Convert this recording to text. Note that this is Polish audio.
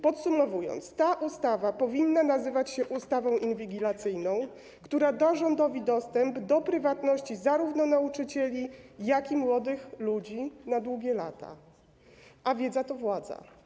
Podsumowując, chciałbym powiedzieć, że ta ustawa powinna nazywać się ustawą inwigilacyjną, która da rządowi dostęp do prywatności zarówno nauczycieli, jak i młodych ludzi na długie lata, a wiedza to władza.